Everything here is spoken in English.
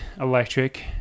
electric